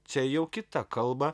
čia jau kita kalba